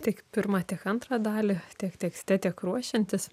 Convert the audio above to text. tiek pirmą tiek antrą dalį tiek tekste tiek ruošiantis